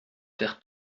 faire